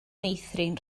meithrin